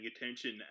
attention